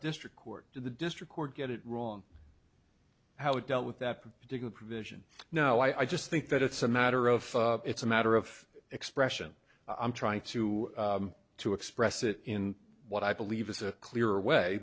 district court the district court get it wrong how it dealt with that particular provision no i just think that it's a matter of it's a matter of expression i'm trying to to express it in what i believe is a clear way